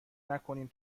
نکنیم